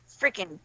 freaking